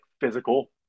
physical